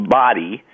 body